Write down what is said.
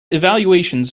evaluations